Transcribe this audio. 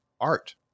art